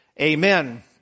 amen